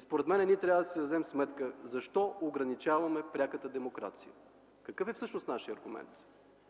Според мен ние трябва да си дадем сметка защо ограничаваме пряката демокрация. Какъв всъщност е нашият аргумент?